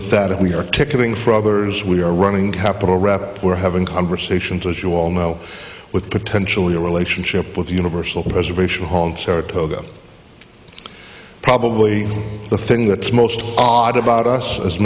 with that we are ticketing for others we are running capital rep we're having conversations as you all know with potentially a relationship with the universal preservation hall in saratoga probably the thing that's most odd about us as